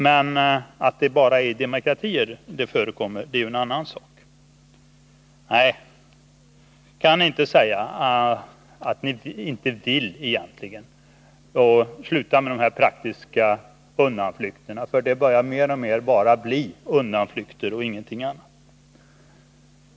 Men att det bara är i demokratier som de förekommer är ju en annan sak. Nej, kan ni inte säga att ni egentligen inte vill och sluta med de här praktiska undanflykterna. Det börjar mer och mer bli bara undanflykter och ingenting annat.